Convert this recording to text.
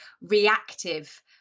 reactive